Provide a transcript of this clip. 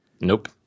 Nope